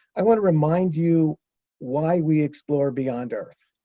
i want to remind you why we explore beyond earth.